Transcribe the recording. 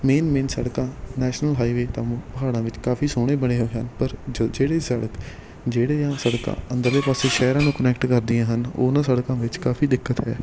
main main ਸੜਕਾਂ national highway ਤਾਂ ਪਹਾੜਾਂ ਵਿੱਚ ਕਾਫੀ ਸੋਹਣੇ ਬਣੇ ਹੋਏ ਹਨ ਪਰ ਜਿਹੜੇ ਸੜਕ ਜਿਹੜਿਆਂ ਸੜਕਾਂ ਅੰਦਰਲੇ ਪਾਸੇ ਸ਼ਹਿਰਾਂ ਨੂੰ ਕੋਨੈਕਟ ਕਰਦੀਆਂ ਹਨ ਉਹਨਾਂ ਸੜਕਾਂ ਵਿੱਚ ਕਾਫੀ ਦਿੱਕਤ ਹੈ